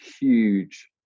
huge